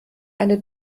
eine